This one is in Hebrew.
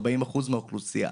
40% מהאוכלוסייה.